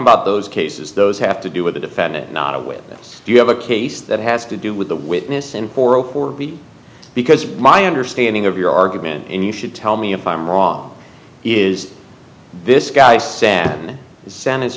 about those cases those have to do with the defendant not a witness you have a case that has to do with the witness and or b because my understanding of your argument and you should tell me if i'm wrong is this guy said send his